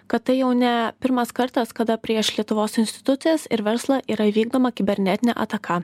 kad tai jau ne pirmas kartas kada prieš lietuvos institucijas ir verslą yra įvykdoma kibernetinė ataka